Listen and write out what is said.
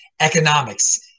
economics